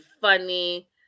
funny